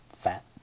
fat